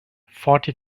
forty